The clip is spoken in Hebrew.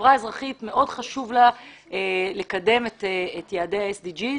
לחברה האזרחית מאוד חשוב לקדם את יעדי ה-SDGs,